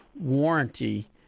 warranty